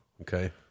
okay